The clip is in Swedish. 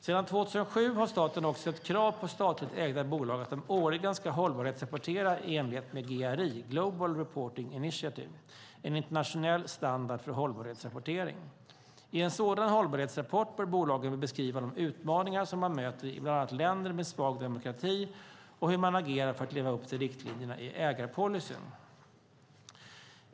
Sedan 2007 har staten också ett krav på statligt ägda bolag att de årligen ska hållbarhetsrapportera i enlighet med GRI, global reporting initiative, en internationell standard för hållbarhetsrapportering. I en sådan hållbarhetsrapport bör bolagen beskriva de utmaningar som man möter i bland annat länder med svag demokrati och hur man agerar för att leva upp till riktlinjerna i ägarpolicyn.